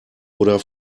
oder